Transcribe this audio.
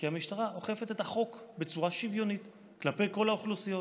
כי המשטרה אוכפת את החוק בצורה שוויונית כלפי כל האוכלוסיות.